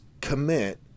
commit